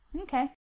Okay